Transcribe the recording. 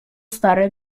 stare